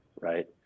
Right